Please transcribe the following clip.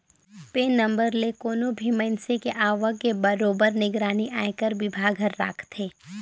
PAN number ले कोनो भी मइनसे के आवक के बरोबर निगरानी आयकर विभाग हर राखथे